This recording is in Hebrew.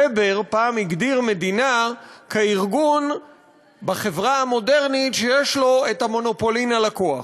ובר הגדיר פעם מדינה כארגון בחברה המודרנית שיש לו המונופולין על הכוח.